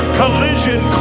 collision